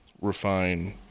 refine